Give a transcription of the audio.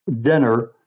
dinner